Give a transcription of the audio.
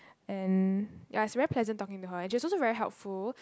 and ya it's very pleasant talking to her and she's also very helpful